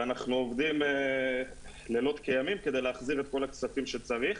ואנחנו עובדים לילות כימים להחזיר את כל הכספים שצריך.